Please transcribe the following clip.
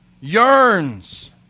yearns